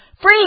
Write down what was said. Free